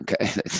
Okay